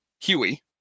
Huey